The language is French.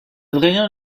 adrien